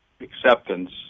acceptance